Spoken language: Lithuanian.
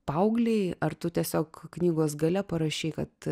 paauglei ar tu tiesiog knygos gale parašei kad